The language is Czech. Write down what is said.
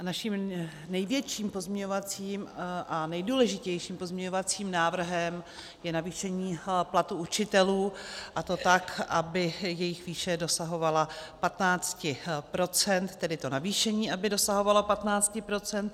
Naším největším a nejdůležitějším pozměňovacím návrhem je navýšení platu učitelů, a to tak, aby jejich výše dosahovala 15 %, tedy to navýšení aby dosahovalo 15 %.